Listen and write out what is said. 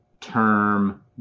term